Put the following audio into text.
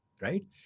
Right